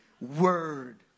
Word